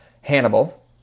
hannibal